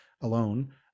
alone